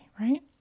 right